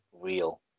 real